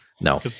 No